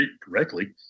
correctly